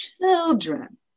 children